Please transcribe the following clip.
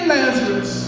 Lazarus